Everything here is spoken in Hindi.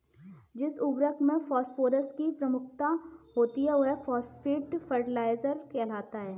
जिस उर्वरक में फॉस्फोरस की प्रमुखता होती है, वह फॉस्फेट फर्टिलाइजर कहलाता है